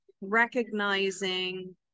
recognizing